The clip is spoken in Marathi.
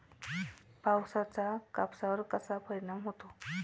पावसाचा कापसावर कसा परिणाम होतो?